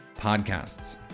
podcasts